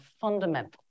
fundamental